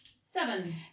Seven